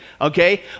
okay